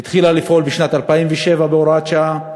היא התחילה לפעול בשנת 2007 בהוראת שעה,